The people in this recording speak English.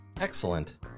Excellent